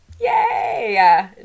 Yay